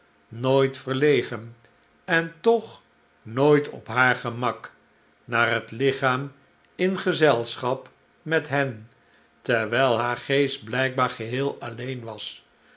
nooit verlegen en toch nobit op haar gemak naar het lichaam in gezelschap met hen terwijl haar geest blykbaar geheel alleen was